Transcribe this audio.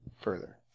further